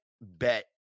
bet